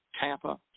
Tampa